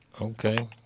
Okay